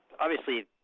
obviously